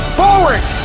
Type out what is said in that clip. forward